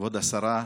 כבוד השרה,